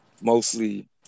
Mostly